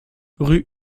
rue